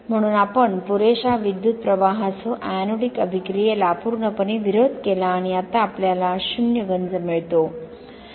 म्हणून आपण पुरेशा विद्युत् प्रवाहासह एनोडिक अभिक्रियाला पूर्णपणे विरोध केला आणि आता आपल्याला शून्य गंज मिळतो